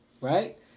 Right